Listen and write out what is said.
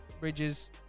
Bridges